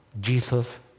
Jesus